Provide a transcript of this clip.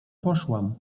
poszłam